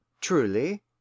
truly